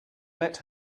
let